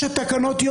קל.